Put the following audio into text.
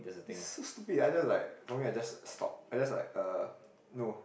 it's so stupid either like for me I just stop I just like uh no